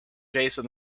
jason